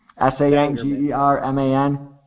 S-A-N-G-E-R-M-A-N